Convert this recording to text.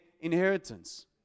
inheritance